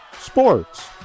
sports